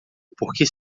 porque